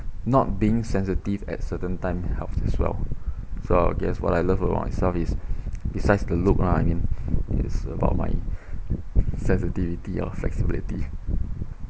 not being sensitive at certain time helps as well so I guess what I love about myself is besides the look lah I mean is about my sensitivity or flexibility